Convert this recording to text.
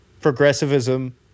progressivism